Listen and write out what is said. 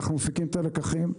אנחנו מפיקים את הלקחים.